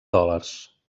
dòlars